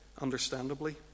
understandably